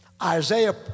isaiah